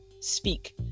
speak